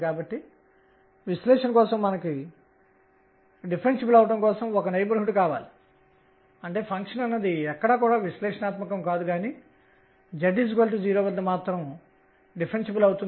కాబట్టి దాని అర్థం ఏమిటంటే L2p2p2sin2 గమనం అంతా స్థిరంగా ఉంటుంది